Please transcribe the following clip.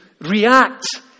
react